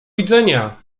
widzenia